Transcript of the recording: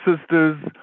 sisters